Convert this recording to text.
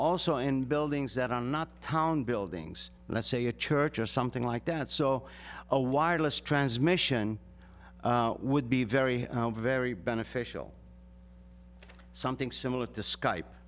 also in buildings that are not town buildings let's say a church or something like that so a wireless transmission would be very very beneficial something similar to